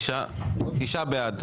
תשעה נגד.